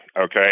okay